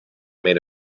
made